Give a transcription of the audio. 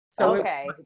Okay